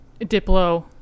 diplo